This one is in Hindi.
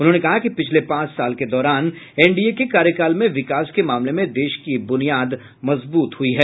उन्होंने कहा कि पिछले पांच साल के दौरान एनडीए के कार्यकाल में विकास के मामले में देश की बुनियाद मजबूत हुई है